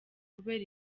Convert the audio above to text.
kubera